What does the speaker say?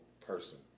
person